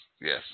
Yes